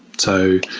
so,